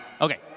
Okay